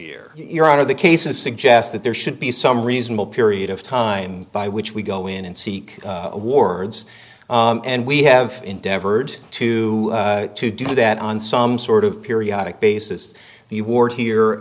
year you're out of the cases suggest that there should be some reasonable period of time by which we go in and seek awards and we have endeavored to do that on some sort of periodic basis the award here